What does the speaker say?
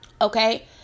okay